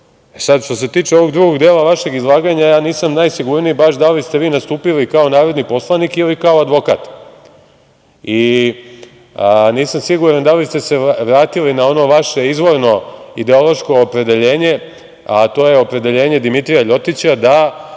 što se tiče drugog dela vašeg izlaganja, ja nisam najsigurniji baš da li ste vi nastupili kao narodni poslanik ili kao advokat i nisam siguran da li ste se vratili na ono vaše izvorno ideološko opredeljenje, a to je opredeljenje Dimitrija LJotića da